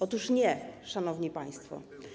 Otóż nie, szanowni państwo.